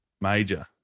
Major